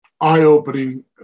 eye-opening